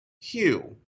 Hugh